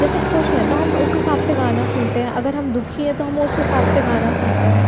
जैसे खुश हैं तो हम उस हिसाब से गाना सुनते हैं अगर हम दुखी है तो हम उस हिसाब से गाना सुनते हैं